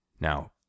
Now